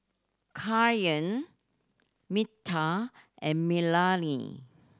Minta and Melonie